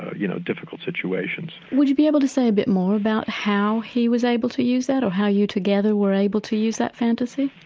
you know, difficult situations. would you be able to say a bit more about how he was able to use that, or how you together were able to use that fantasy?